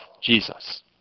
Jesus